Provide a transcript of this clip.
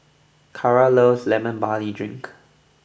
Carra loves Lemon Barley Drink